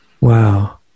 Wow